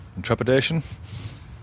intrepidation